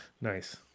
nice